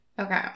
Okay